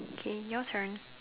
okay your turn